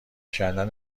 کردن